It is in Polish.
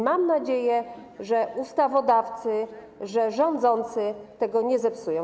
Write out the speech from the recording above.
Mam nadzieję, że ustawodawcy, że rządzący tego nie zepsują.